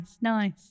nice